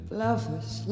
lovers